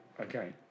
Okay